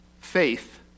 faith